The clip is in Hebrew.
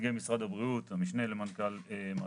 נציגי משרד הבריאות, המשנה למנכ"ל מד"א.